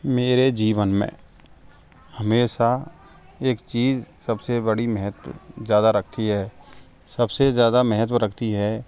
मेरे जीवन में हमेशा एक चीज़ सब से बड़ी महत्व ज़्यादा रखती है सब से ज़्यादा महत्व रखती है